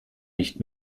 nicht